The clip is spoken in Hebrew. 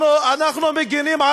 על מי אתם מגינים?